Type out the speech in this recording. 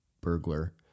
burglar